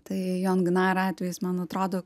tai jon gnar atvejis man atrodo